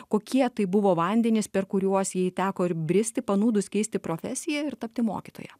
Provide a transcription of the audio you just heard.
kokie tai buvo vandenys per kuriuos jai teko ir bristi panūdus keisti profesiją ir tapti mokytoja